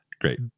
great